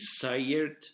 desired